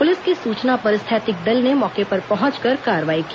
police की सूचना पर स्थैतिक दल ने मौके पर पहुंचकर कार्रवाई की